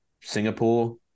Singapore